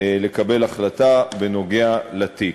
לקבל החלטה בנוגע לתיק.